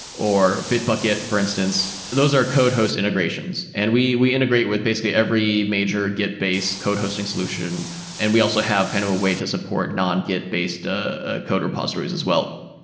or bitbucket for instance, those are code hosts integrations. and we we integrate with basically every major git-based code hosting solution and we also have kind of a way to support non-git-based ah ah code repositories as well.